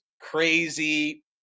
crazy